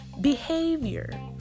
behavior